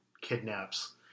kidnaps